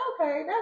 okay